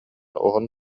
уһун